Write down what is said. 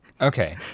Okay